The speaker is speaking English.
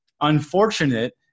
unfortunate